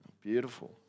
beautiful